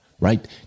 right